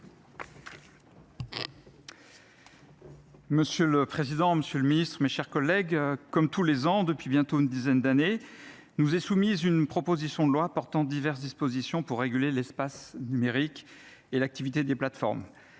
monsieur le ministre, madame la secrétaire d’État, mes chers collègues, comme tous les ans depuis bientôt une dizaine d’années nous est soumis un texte de loi portant diverses dispositions pour réguler l’espace numérique et l’activité des plateformes.